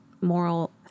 moral